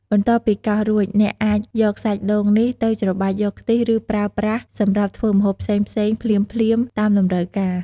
បន្ទាប់ពីកោសរួច អ្នកអាចយកសាច់ដូងនេះទៅច្របាច់យកខ្ទិះ ឬប្រើប្រាស់សម្រាប់ធ្វើម្ហូបផ្សេងៗភ្លាមៗតាមតម្រូវការ។